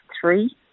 three